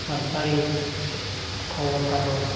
ᱥᱟᱱᱛᱟᱲᱤ ᱠᱷᱚᱵᱚᱨ ᱠᱟᱜᱚᱡᱽ